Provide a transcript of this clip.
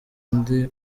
undi